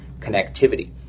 connectivity